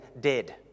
dead